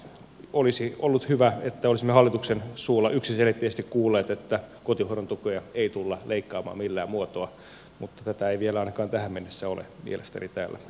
olisi ollut hyvä että olisimme hallituksen suusta yksiselitteisesti kuulleet että kotihoidon tukea ei tulla leikkaamaan millään muotoa mutta tätä ei vielä ainakaan tähän mennessä ole mielestäni täällä kuultu